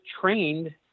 trained